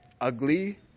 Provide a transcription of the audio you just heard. ugly